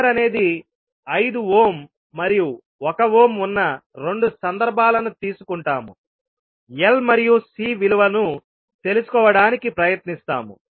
R అనేది 5 ohm మరియు 1 ohm ఉన్న 2 సందర్భాలను తీసుకుంటాము L మరియు C విలువను తెలుసుకోవడానికి ప్రయత్నిస్తాము